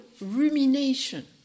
rumination